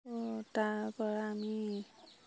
তাৰপৰা আমি